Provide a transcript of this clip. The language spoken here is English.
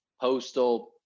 postal